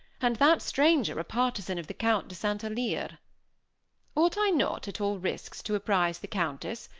and that stranger a partisan of the count de st. alyre. ought i not, at all risks, to apprise the countess,